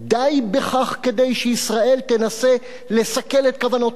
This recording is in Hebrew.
די בכך כדי שישראל תנסה לסכל את כוונותיו.